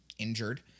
injured